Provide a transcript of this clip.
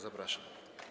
Zapraszam.